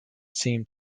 seemed